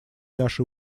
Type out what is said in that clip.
наши